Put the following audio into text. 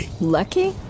Lucky